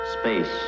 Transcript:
Space